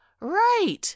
Right